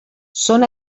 són